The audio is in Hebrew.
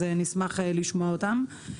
אז נשמח לשמוע אותם.